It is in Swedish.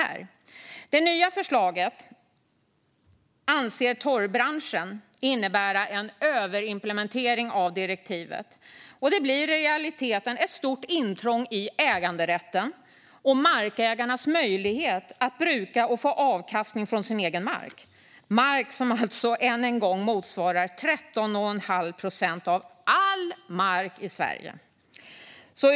Torvbranschen anser att det nya förslaget innebär en överimplementering av direktivet. Det blir i realiteten ett stort intrång i äganderätten och markägarnas möjlighet att bruka och få avkastning från sin egen mark - mark som alltså, än en gång, motsvarar 13 1⁄2 procent av all mark i Sverige.